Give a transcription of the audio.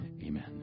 amen